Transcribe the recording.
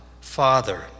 Father